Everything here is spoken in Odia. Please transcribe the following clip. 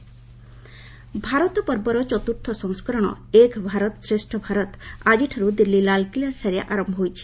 ଭାରତ ପର୍ବ ଭାରତ ପର୍ବର ଚତ୍ରୁର୍ଥ ସଂସ୍କରଣ ଏକ ଭାରତ ଶ୍ରେଷ ଭାରତ ଆକିଠାରୁ ଦିଲ୍ଲୀ ଲାଲ୍କିଲ୍ଲାଠାରେ ଆରମ୍ଭ ହୋଇଛି